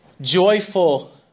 joyful